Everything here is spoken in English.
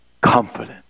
Confident